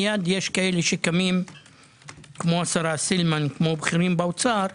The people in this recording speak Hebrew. מייד יש כאלה שקמים כמו השרה סילמן ובכירים באוצר,